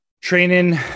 training